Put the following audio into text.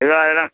அதலாம்